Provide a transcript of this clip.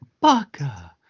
baka